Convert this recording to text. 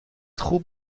خوب